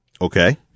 Okay